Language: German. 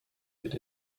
wird